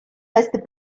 restent